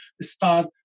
start